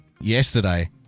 yesterday